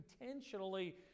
intentionally